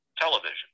television